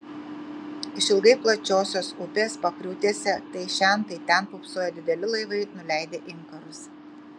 išilgai plačiosios upės pakriūtėse tai šen tai ten pūpsojo dideli laivai nuleidę inkarus